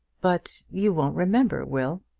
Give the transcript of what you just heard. but you won't remember, will.